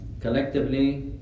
collectively